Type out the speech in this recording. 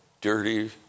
dirty